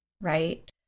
right